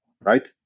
right